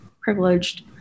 privileged